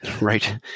Right